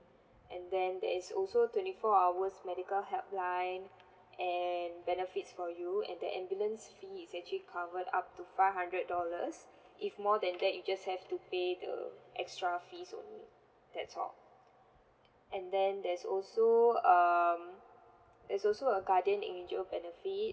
and then there is also twenty four hours medical helpline and benefits for you and the ambulance fee is actually covered up to five hundred dollars if more than that you just have to pay the extra fees only that's all and then there's also um there's also a guardian angel benefit